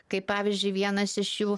kaip pavyzdžiui vienas iš jų